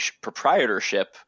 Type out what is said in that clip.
proprietorship